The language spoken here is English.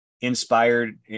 inspired